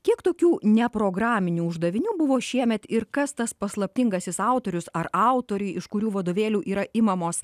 kiek tokių neprograminių uždavinių buvo šiemet ir kas tas paslaptingasis autorius ar autoriai iš kurių vadovėlių yra imamos